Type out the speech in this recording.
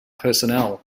personnel